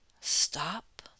Stop